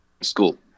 school